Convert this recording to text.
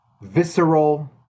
visceral